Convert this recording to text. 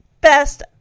best